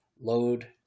load –